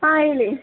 ಹಾಂ ಹೇಳಿ